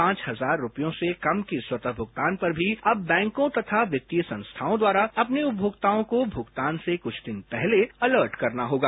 पांच हजार रुपयों से कम की स्वतरू भूगतान पर भी अब बैंकों तथा वित्तीय संस्थाओं द्वारा अपने उपमोक्ताओं को भूगतान से कुछ दिन पहले अलर्ट करना होगा